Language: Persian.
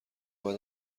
بعد